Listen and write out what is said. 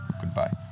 Goodbye